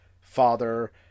father